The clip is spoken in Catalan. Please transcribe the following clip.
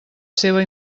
seva